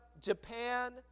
Japan